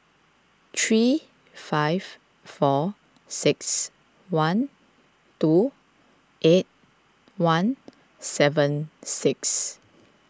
three five four six one two eight one seven six